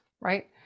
right